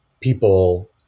people